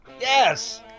yes